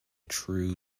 true